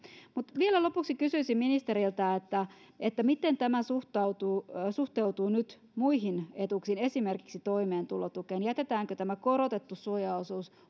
mutta vielä lopuksi kysyisin ministeriltä miten tämä suhteutuu nyt muihin etuuksiin esimerkiksi toimeentulotukeen jätetäänkö tämä korotettu suojaosuus